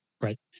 Right